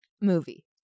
movie